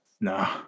No